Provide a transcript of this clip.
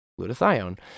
glutathione